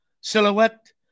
Silhouette